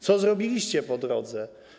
Co zrobiliście po drodze?